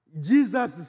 Jesus